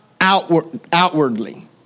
outwardly